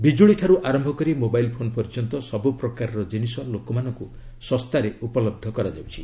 ବିକ୍କୁଳିଠାରୁ ଆରମ୍ଭ କରି mobile phone ପର୍ଯ୍ୟନ୍ତ ସବୁପ୍ରକାରର ଜିନିଷ ଲୋକମାନଙ୍କୁ ଶସ୍ତାରେ ଉପଲହ୍ଧ କରାଯାଉଛି